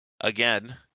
again